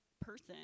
person